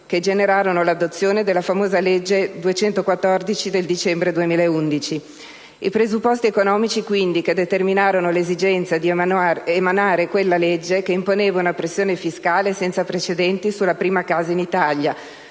che generarono l'adozione della famosa legge n. 214 del dicembre 2011. Quindi i presupposti economici che determinarono l'esigenza di emanare quella legge, che imponeva una pressione fiscale senza precedenti sulla prima casa in Italia,